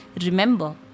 Remember